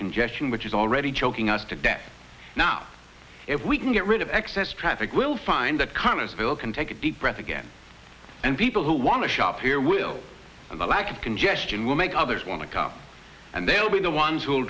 congestion which is already choking us to death now if we can get rid of excess traffic we'll find that connersville can take a deep breath again and people who want to shop here will and the lack of congestion will make others want to come and they'll be the ones who will